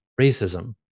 racism